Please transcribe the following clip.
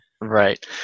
Right